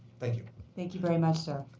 thank you thank you very much, sir.